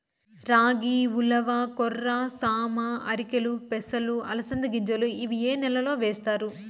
రాగి, ఉలవ, కొర్ర, సామ, ఆర్కెలు, పెసలు, అలసంద గింజలు ఇవి ఏ నెలలో వేస్తారు?